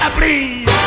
please